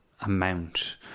amount